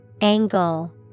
Angle